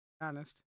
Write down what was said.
Honest